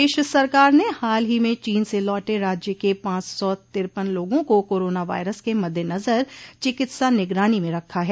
प्रदेश सरकार ने हाल ही में चीन से लौटे राज्य के पांच सौ तिरपन लोगों को कोरोना वायरस के मद्देनजर चिकित्सा निगरानी में रखा है